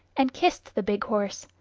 and kissed the big horse,